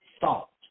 thought